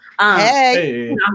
Hey